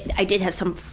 i did have some,